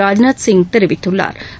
ராஜ்நாத் சிங் தெரிவித்துள்ளாா்